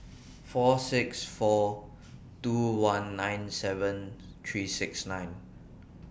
four six four two one nine seven three six nine